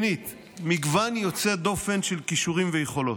שנית, מגוון יוצא דופן של כישורים ויכולות.